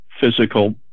physical